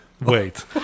wait